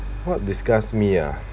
what disgusts me ah